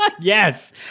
Yes